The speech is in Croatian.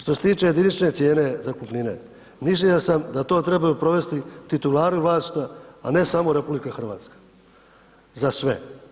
Što se tiče jedinične cijene zakupnine, mišljenja sam da to trebaju provesti titulari vlasništva, a ne samo RH za sve.